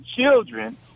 children